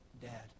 Dad